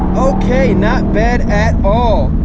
okay, not bad at all,